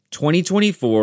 2024